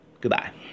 Goodbye